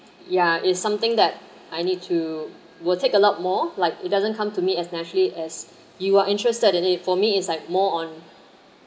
ya is something that I need to will take a lot more like it doesn't come to me as naturally as you are interested in it for me is like more on